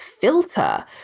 filter